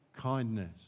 kindness